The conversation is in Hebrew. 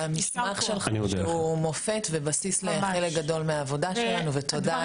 והמסמך שלך שהוא מופת ובסיס לחלק גדול מהעבודה שלנו ותודה על זה.